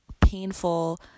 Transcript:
painful